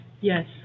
Yes